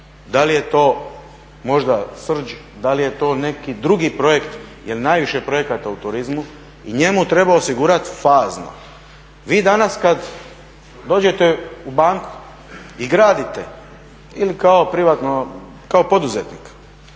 Da li je to možda Srđ, da li je to neki drugi projekt jel je najviše projekata u turizmu i njemu treba osigurati fazno. Vi danas kad dođete u banku ili gradite ili kao poduzetnik,